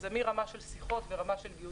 זה מרמה של שיחות ודיונים,